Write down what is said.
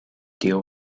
deal